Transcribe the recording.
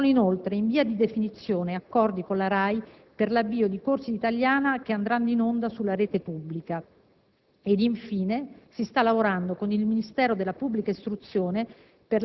Sono inoltre in via di definizione accordi con la RAI per l'avvio di corsi di italiano che andranno in onda sulla rete pubblica. Infine, si sta lavorando con il Ministero della pubblica istruzione